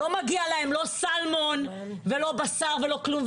לא מגיע להם לא סלמון ולא בשר ולא כלום.